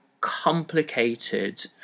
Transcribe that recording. complicated